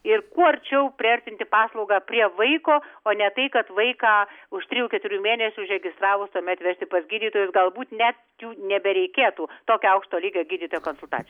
ir kuo arčiau priartinti paslaugą prie vaiko o ne tai kad vaiką už trijų keturių mėnesių užregistravus tuomet vežti pas gydytojus galbūt ne jų nebereikėtų tokio aukšto lygio gydytojo konsultacijų